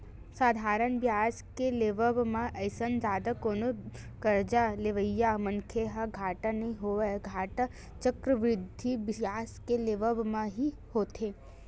साधारन बियाज के लेवब म अइसे जादा कोनो करजा लेवइया मनखे ल घाटा नइ होवय, घाटा चक्रबृद्धि बियाज के लेवब म ही होथे